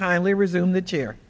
kindly resume the chair